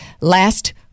last